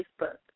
Facebook